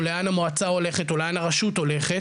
או לאן המועצה הולכת או לאן הרשות הולכת,